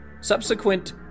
Subsequent